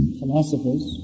philosophers